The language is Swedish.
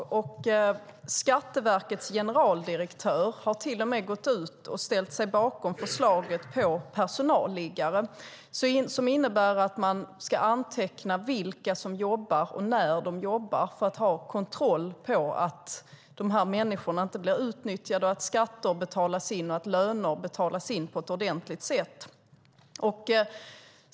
Till och med Skatteverkets generaldirektör har gått ut och ställt sig bakom förslaget på personalliggare, som innebär att man ska anteckna vilka som jobbar och när de jobbar så att människor inte blir utnyttjade och så att skatter och löner betalas på ett ordentligt sätt.